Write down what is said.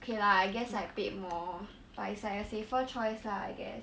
K lah I guess I paid more but it's like a safer choice lah I guess